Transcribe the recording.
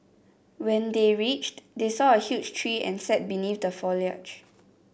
when they reached they saw a huge tree and sat beneath the foliage